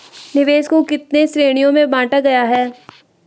निवेश को कितने श्रेणियों में बांटा गया है?